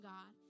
God